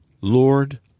Lord